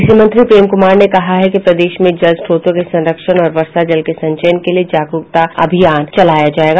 कृषि मंत्री प्रेम कुमार ने कहा है कि प्रदेश में जल स्रोतों के संरक्षण और वर्षा जल के संचयन के लिए जागरूकता अभियान चलाया जायेगा